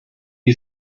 you